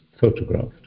photographed